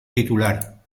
titular